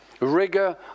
Rigor